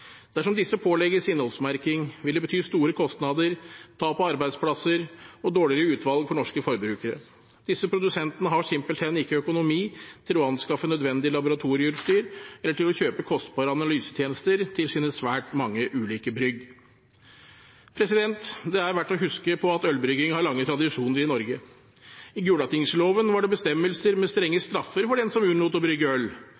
Dersom disse pålegges innholdsmerking, vil det bety store kostnader, tap av arbeidsplasser og dårligere utvalg for norske forbrukere. Disse produsentene har simpelthen ikke økonomi til å anskaffe nødvendig laboratorieutstyr eller til å kjøpe kostbare analysetjenester til sine svært mange ulike brygg. Det er verdt å huske på at ølbrygging har lange tradisjoner i Norge. I Gulatingsloven var det bestemmelser med strenge straffer for den som unnlot å brygge øl.